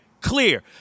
clear